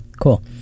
Cool